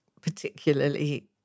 particularly